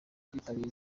kwitabira